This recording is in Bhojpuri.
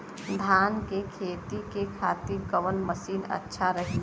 धान के खेती के खातिर कवन मशीन अच्छा रही?